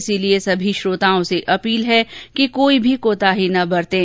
इसलिए सभी श्रोताओं से अपील है कि कोई भी कोताही न बरतें